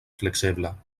fleksebla